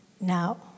now